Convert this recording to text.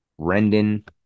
Rendon